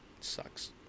sucks